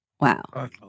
Wow